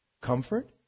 comfort